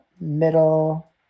middle